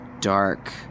dark